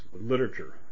literature